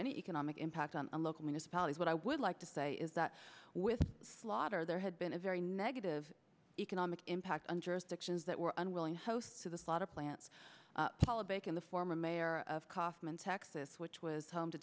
any economic impact on a local municipalities what i would like to say is that with slaughter there had been a very negative economic impact on jurisdictions that were unwilling host to the thought of lance bacon the former mayor of kaufman texas which was home to